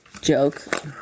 joke